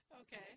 Okay